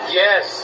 yes